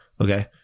Okay